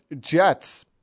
Jets